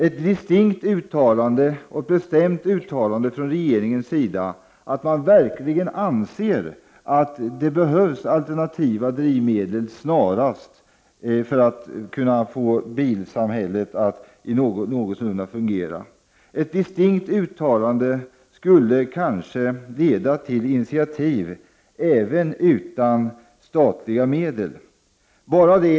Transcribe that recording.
Ett distinkt och bestämt uttalande från regeringens sida att man verkligen anser att det behövs alternativa drivmedel snarast för att få bilsamhället att fungera skulle kanske leda till initiativ även utan statliga medel.